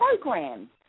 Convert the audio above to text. program